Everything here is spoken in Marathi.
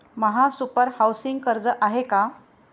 महासुपर हाउसिंग कर्ज आहे का?